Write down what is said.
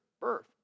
birth